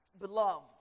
beloved